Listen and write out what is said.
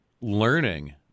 learning